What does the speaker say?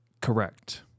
Correct